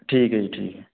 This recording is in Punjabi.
ਠੀਕ ਹੈ ਜੀ ਠੀਕ